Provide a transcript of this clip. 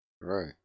right